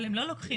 אבל הם לא לוקחים,